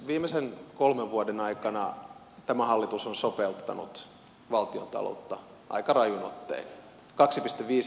viimeisten kolmen vuoden aikana tämä hallitus on sopeuttanut valtiontaloutta aika rajuin ottein